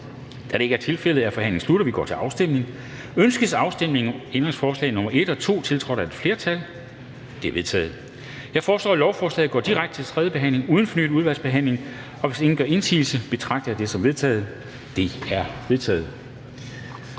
Kl. 13:24 Afstemning Formanden (Henrik Dam Kristensen): Ønskes afstemning om ændringsforslag nr. 1, tiltrådt af udvalget? Det er vedtaget. Jeg foreslår, at lovforslaget går direkte til tredje behandling uden fornyet udvalgsbehandling, og hvis ingen gør indsigelse, betragter jeg det som vedtaget. Det er vedtaget.